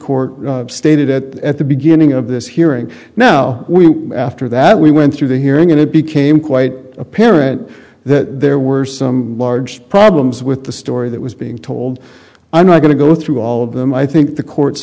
court stated that at the beginning of this hearing now we after that we went through the hearing and it became quite apparent that there were some large problems with the story that was being told i'm not going to go through all of them i think the court